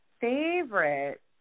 favorite